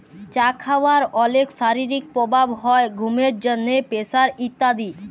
চা খাওয়ার অলেক শারীরিক প্রভাব হ্যয় ঘুমের জন্হে, প্রেসার ইত্যাদি